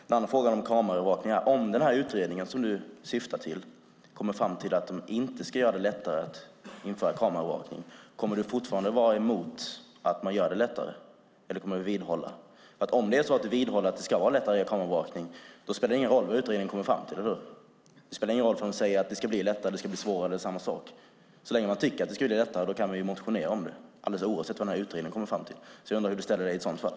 Den andra frågan gäller kameraövervakning. Om den utredning som du hänvisar till kommer fram till att man inte ska göra det lättare att införa kameraövervakning, kommer du då att vara emot att man gör det lättare eller kommer du att vidhålla att det ska vara lättare? Om du vidhåller att det ska vara lättare att införa kameraövervakning spelar det ingen roll vad utredningen kommer fram till, eller hur? Det spelar ingen roll om de säger att det ska vara lättare eller svårare. Det är samma sak. Så länge man tycker att det ska vara lättare kan man ju motionera om det alldeles oavsett vad utredningen kommer fram till. Jag undrar hur du ställer dig i sådant fall?